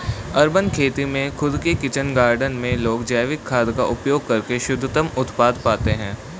urban खेती में खुद के किचन गार्डन में लोग जैविक खाद का उपयोग करके शुद्धतम उत्पाद पाते हैं